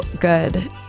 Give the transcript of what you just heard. good